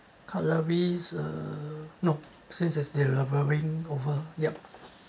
cutleries uh no since it's delivering over yup